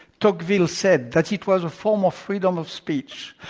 tocqueville said that it was a form of freedom of speech,